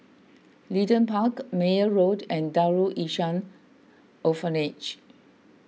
Leedon Park Meyer Road and Darul Ihsan Orphanage